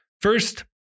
first